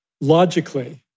logically